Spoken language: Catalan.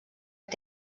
que